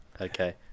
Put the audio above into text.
Okay